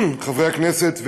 חברי הכנסת,